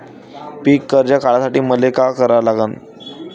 पिक कर्ज काढासाठी मले का करा लागन?